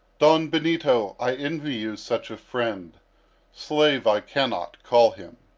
don benito, i envy you such a friend slave i cannot call him.